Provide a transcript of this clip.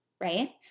right